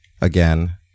again